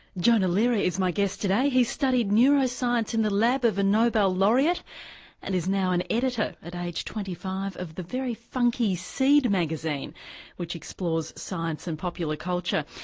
jonah lehrer ah is my guest today, he studied neuroscience in the lab of a nobel laureate and is now an editor at age twenty five of the very funky seed magazine which explores science and popular culture.